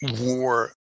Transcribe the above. war